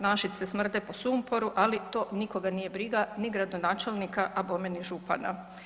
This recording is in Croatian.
Našice smrde po sumporu, ali to nikoga nije briga ni gradonačelnika, a bome ni župana.